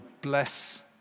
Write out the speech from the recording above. bless